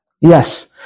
Yes